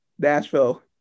Nashville